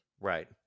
Right